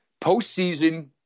postseason